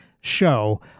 show